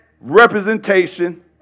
representation